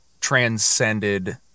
transcended